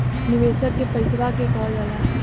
निवेशक के पइसवा के कहल जाला